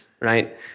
right